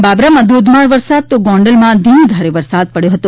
બાબરામાં ધોધમાર વરસાદ તો ગોંડલમાં ધીમી ધારે વરસાદ વરસાદ પડ્યો હતો